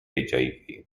hiv